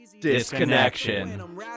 disconnection